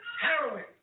heroin